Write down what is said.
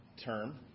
term